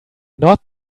not